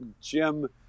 Jim